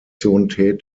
sondern